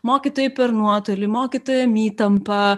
mokytojai per nuotolį mokytojam įtampa